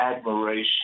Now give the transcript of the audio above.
admiration